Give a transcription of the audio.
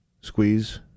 squeeze